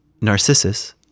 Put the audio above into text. Narcissus